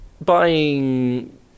buying